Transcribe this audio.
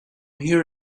here